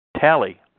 tally